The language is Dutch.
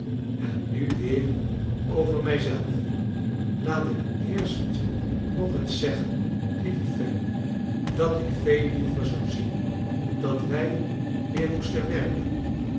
en nu weer over mij zelf laat ik eerst nog eens zeggen lieve fanny dat ik veel liever zou zien dat wij weer moesten werken